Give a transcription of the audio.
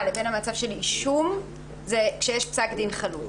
לבין המצב של אישום זה כשיש פסק דין חלוט.